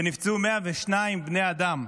ונפצעו 102 בני אדם.